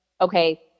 okay